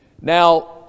Now